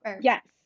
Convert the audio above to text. Yes